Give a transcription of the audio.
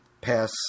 pass